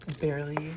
barely